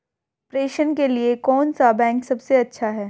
प्रेषण के लिए कौन सा बैंक सबसे अच्छा है?